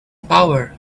power